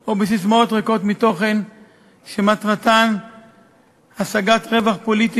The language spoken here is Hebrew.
או בססמאות ריקות מתוכן שמטרתן השגת רווח פוליטי